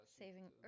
saving